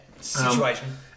situation